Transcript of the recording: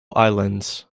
islands